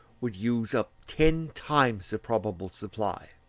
would use up ten times the probable supply.